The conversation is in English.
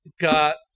got